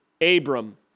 Abram